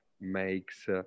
makes